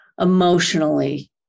emotionally